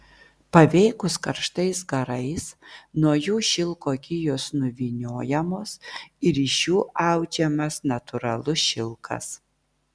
paveikus karštais garais nuo jų šilko gijos nuvyniojamos ir iš jų audžiamas natūralus šilkas